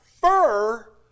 fur